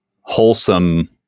wholesome